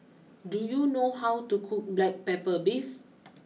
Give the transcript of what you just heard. do you know how to cook Black Pepper Beef